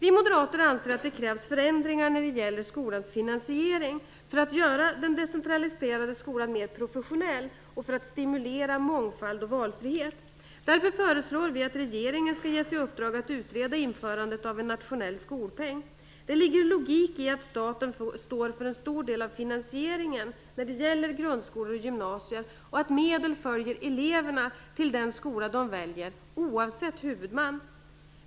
Vi moderater anser att det krävs förändringar av skolans finansiering för att göra den decentraliserade skolan mera professionell och för att stimulera mångfald och valfrihet. Därför föreslår vi att regeringen ges i uppdrag att utreda införandet av en nationell skolpeng. Det ligger en logik i att staten står för en stod del av finansieringen när det gäller grundskolor och gymnasier och i att medel följer eleverna till den skola som de väljer, oavsett huvudman.